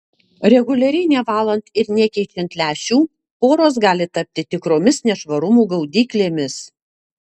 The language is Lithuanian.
reguliariai nevalant ir nekeičiant lęšių poros gali tapti tikromis nešvarumų gaudyklėmis